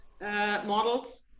models